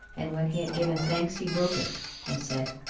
and when he had given thanks, he broke it and said,